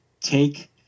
take